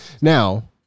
Now